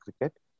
cricket